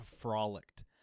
frolicked